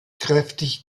kräftig